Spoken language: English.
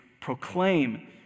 proclaim